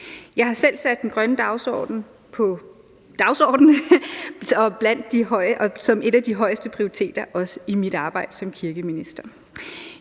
Jeg har selv sat den grønne dagsorden på dagsordenen som en af de højeste prioriterer, også i mit arbejde som kirkeminister.